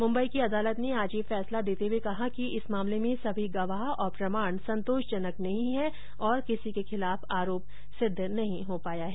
मुम्बई की अदालत ने आज ये फैसला देते हुए कहा कि इस मामले में सभी गवाह और प्रमाण संतोषजनक नहीं है और किसी के खिलाफ आरोप सिद्ध नहीं हो पाया है